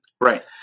Right